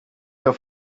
auf